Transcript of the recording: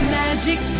magic